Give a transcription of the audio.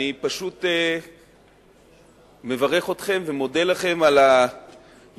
אני פשוט מברך אתכם ומודה לכם על הידידות